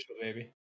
baby